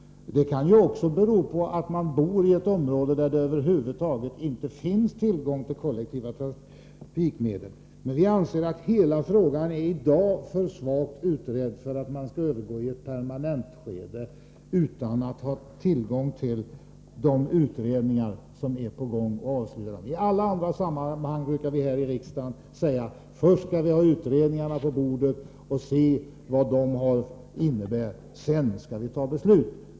Det kan t.ex. gälla i ett område där det över huvud taget inte finns tillgång till kollektiva trafikmedel. Men vi anser att hela frågan i dag inte har kommit så långt att man skall kunna permanenta en sådan ordning, utan tillgång till de utredningar som är på gång och avslutade. IT alla andra sammanhang brukar vi här i riksdagen säga att vi först skall ha utredningarna på bordet och se vad dessa innebär — sedan kan vi fatta beslut.